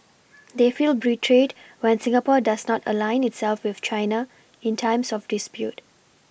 they feel betrayed when Singapore does not align itself with China in times of dispute